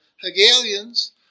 Hegelians